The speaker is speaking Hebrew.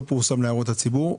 לא פורסם להערות הציבור.